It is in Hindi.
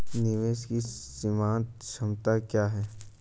निवेश की सीमांत क्षमता क्या है?